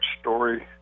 story